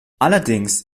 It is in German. allerdings